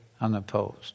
unopposed